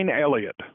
Elliott